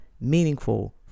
meaningful